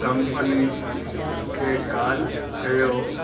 company खे call कयो